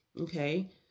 okay